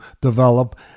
develop